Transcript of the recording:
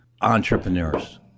entrepreneurs